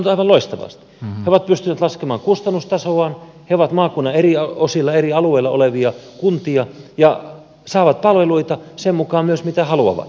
ne ovat pystyneet laskemaan kustannustasoaan ne ovat maakunnan eri osilla eri alueilla olevia kuntia ja saavat palveluita sen mukaan myös mitä haluavat